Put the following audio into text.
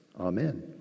amen